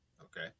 Okay